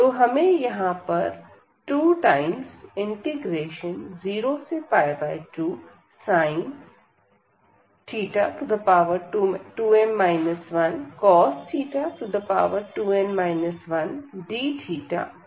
तो हमें यहां पर 202sin2m 1cos 2n 1 dθ मिलता है